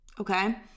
okay